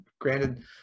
granted